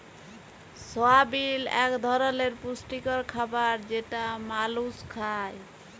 সয়াবিল এক ধরলের পুষ্টিকর খাবার যেটা মালুস খায়